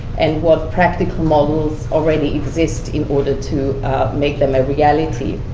and what practical models already exist, in order to make them a reality.